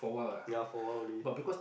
ya for awhile only